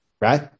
right